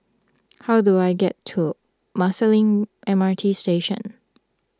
how do I get to Marsiling M R T Station